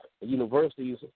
universities